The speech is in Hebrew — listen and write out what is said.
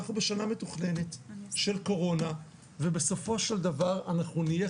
אנחנו בשנה מתוכננת של קורונה ובסופו של דבר אנחנו נהיה